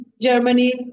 Germany